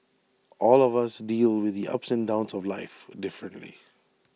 all of us deal with the ups and downs of life differently